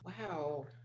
Wow